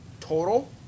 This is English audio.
Total